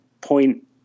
point